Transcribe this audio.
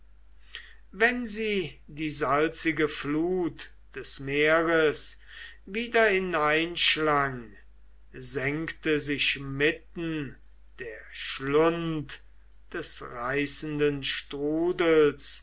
wenn sie die salzige flut des meeres wieder hineinschlang senkte sich mitten der schlund des reißenden strudels